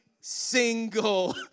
single